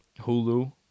Hulu